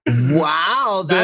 Wow